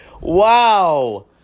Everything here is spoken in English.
Wow